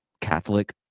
Catholic